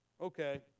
Okay